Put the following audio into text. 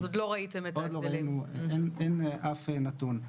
אין אף נתון.